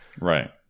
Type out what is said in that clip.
Right